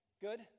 Good